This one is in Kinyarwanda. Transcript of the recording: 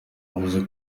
yavuze